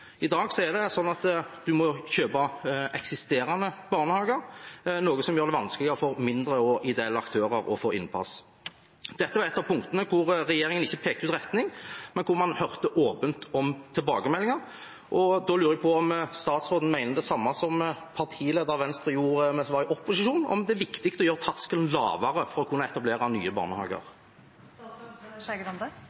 I dag er det sånn at man må kjøpe eksisterende barnehager, noe som gjør det vanskeligere for mindre og ideelle aktører å få innpass. Dette var et av punktene hvor regjeringen ikke pekte ut en retning, men hvor man hørte åpent på tilbakemeldinger. Jeg lurer på om statsråden mener det samme som partilederen i Venstre mente da hun var i opposisjon, at det er viktig å gjøre terskelen lavere for å kunne etablere nye barnehager.